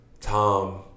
Tom